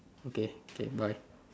okay okay bye